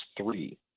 three